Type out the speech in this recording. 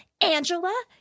Angela